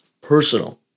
Personal